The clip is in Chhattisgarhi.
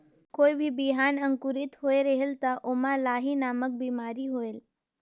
कोई भी बिहान अंकुरित होत रेहेल तब ओमा लाही नामक बिमारी होयल?